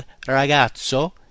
ragazzo